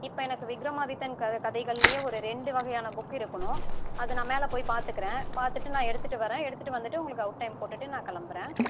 இப்போ எனக்கு விக்ரமாதித்தன் கதை கதைகள்லையே ஒரு ரெண்டு வகையான புக் இருக்கணும் அதை நான் மேலே போய் பார்த்துக்கறேன் பார்த்துட்டு நான் எடுத்துகிட்டு வரேன் எடுத்துகிட்டு வந்துவிட்டு உங்களுக்கு அவுட் டைம் போட்டுவிட்டு நான் கிளம்புறேன்